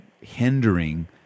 hindering